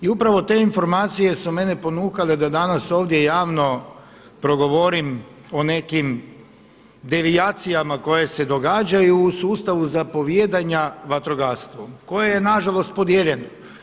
I u pravo te informacije su mene ponukale da danas ovdje javno progovorim o nekim devijacijama koje se događaju u sustavu zapovijedanja vatrogastvom koje je nažalost podijeljeno.